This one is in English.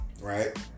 right